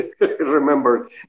Remember